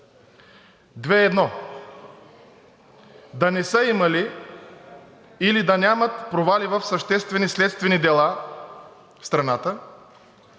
2.1. Да не са имали или да нямат провали в съществени следствени дела в страната.